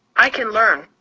i can learn.